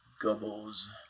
Gobbles